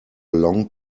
long